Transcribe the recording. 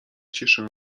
cieszę